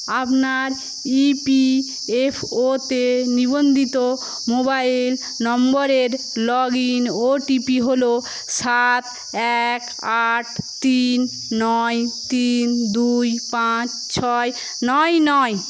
আপনার E P F ওতে নিবন্ধিত মোবাইল নম্বরের log in O T P হলো সাত এক আট তিন নয় তিন দুই পাঁচ ছয় নয় নয়